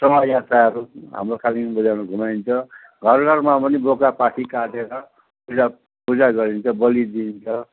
शोमा यात्राहरू हाम्रो कालेबुङ बजारमा घुमाइन्छ घर घरमा पनि बोका पाठी काटेर त्यसलाई पुजा गरिन्छ बलि दिइन्छ